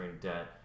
debt